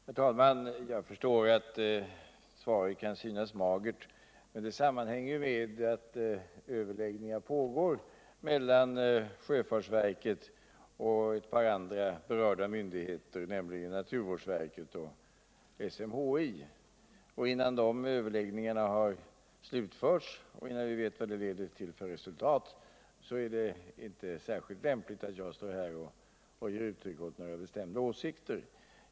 Herr talman! Jag förstår att svaret kan synas magert, men det sammanhänger med att överläggningar pågår mean sjöfartsverket och ett par andra berörda myndigheter, nämligen naturvårdsverket och SMHL Innan dessa överläggningar slutförts och innan vi vet vilket resultat de leder fram till är det inte särskilt lämpligt att jag ger uttryck åt några bestämda åsikter.